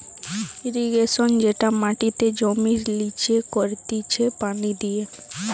irrigation যেটা মাটিতে জমির লিচে করতিছে পানি দিয়ে